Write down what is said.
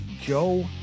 Joe